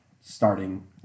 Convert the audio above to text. starting